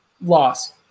Loss